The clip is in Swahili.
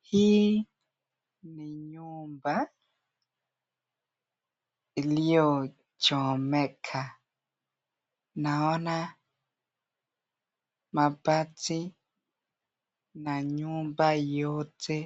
Hii ni nyumba iliyochomeka. Naona mabati na nyumba yote